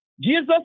Jesus